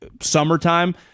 summertime